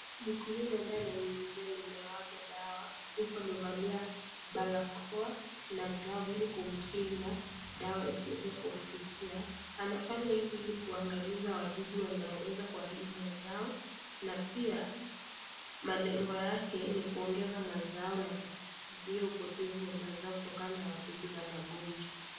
Mkulima ambaye ananyunyizia mimea yake dawa, huku amevalia barakoa na glavu ili kumkinga dawa isiweze kumfikia. Anafanya hivi ili aweze kuangamiza wadudu kuharibu mazao, na pia malengo yake ni kuongeza mazao na kuzuia upotevu wa mazao kutokana na wadudu na magonjwa.